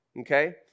Okay